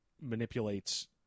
manipulates